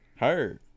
Heard